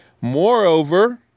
Moreover